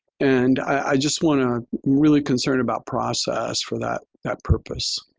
and i just want to really concerned about process for that that purpose.